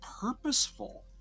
purposeful